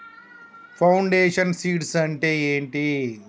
Foundation seeds అంటే ఏంటి?